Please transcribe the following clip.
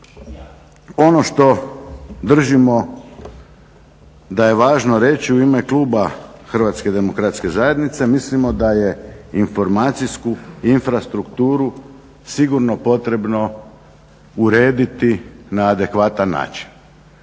Ono što držimo da je važno reći u ime kluba Hrvatske demokratske zajednice, mislimo da je informacijsku infrastrukturu sigurno potrebno urediti na adekvatan način.